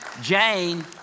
Jane